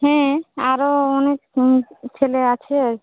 হুম আরো অনেক ছেলে আছে